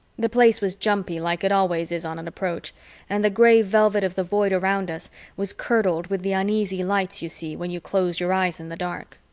the place was jumpy like it always is on an approach and the gray velvet of the void around us was curdled with the uneasy lights you see when you close your eyes in the dark.